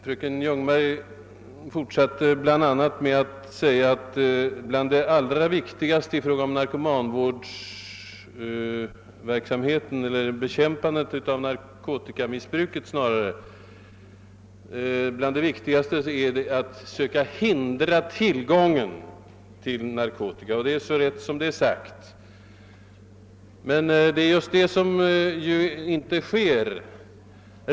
Fröken Ljungberg fortsatte bl.a. med att säga att bland det allra viktigaste i fråga om bekämpande av narkotikamissbruket är att söka hindra tillgången till narkotika. Det är så sant som det är sagt. Men det är just bl.a. där det brister.